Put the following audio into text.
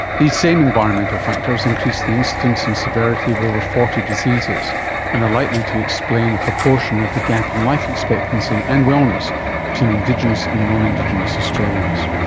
these same environmental factors increase the incidence and severity of over forty diseases and are likely to explain a proportion of the gap in life expectancy and wellness between indigenous and non-indigenous australians.